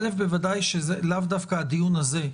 זה לאו דווקא הדיון הזה,